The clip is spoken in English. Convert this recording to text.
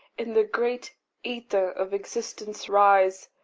in the great aether of existence rise,